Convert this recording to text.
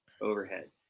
overhead